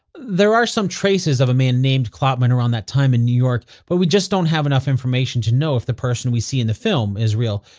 there are some traces of a man named kloppman around that time in new york, but we just don't have enough information to know if the person we see in the film is real.